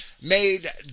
made